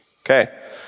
Okay